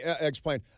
explain